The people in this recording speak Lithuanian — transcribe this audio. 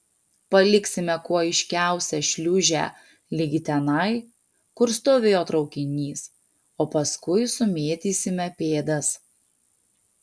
paliksime kuo aiškiausią šliūžę ligi tenai kur stovėjo traukinys o paskui sumėtysime pėdas